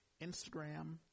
Instagram